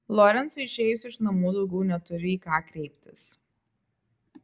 lorencui išėjus iš namų daugiau neturi į ką kreiptis